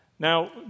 Now